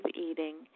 eating